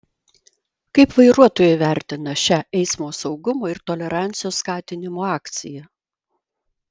kaip vairuotojai vertina šią eismo saugumo ir tolerancijos skatinimo akciją